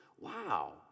Wow